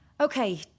Okay